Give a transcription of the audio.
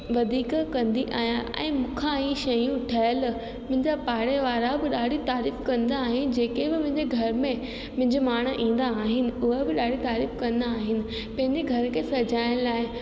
वधीक कंदी आहियां ऐं मूंखां ई शयूं ठहियल मुंहिंजा पाड़े वारा बि ॾाढी तारीफ़ु कंदा आहे जेके बि मुंहिंजे घर में मिजमान ईंदा आहिनि उहा बि ॾाढी तारीफ़ु कंदा आहिनि पंहिंजे घर खे सॼाइण लाइ